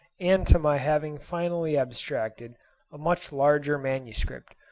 and to my having finally abstracted a much larger manuscript,